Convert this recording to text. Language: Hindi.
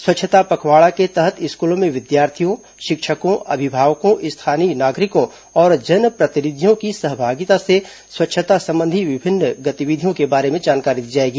स्वच्छता पखवाड़ा के तहत स्कूलों में विद्यार्थियों शिक्षकों अभिभावकों स्थानीय नागरिकों और जनप्रतिनिधियों की सहभागिता से स्वच्छता संबंधी विभिन्न गतिविधियों के बारे में जानकारी दी जाएगी